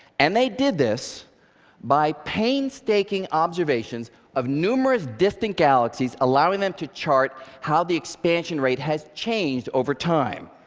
and they did this by painstaking observations of numerous distant galaxies, allowing them to chart how the expansion rate has changed over time.